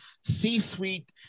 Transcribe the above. C-suite